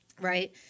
right